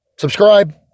subscribe